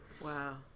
Wow